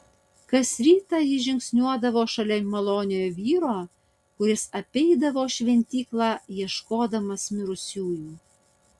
kas rytą ji žingsniuodavo šalia maloniojo vyro kuris apeidavo šventyklą ieškodamas mirusiųjų